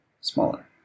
smaller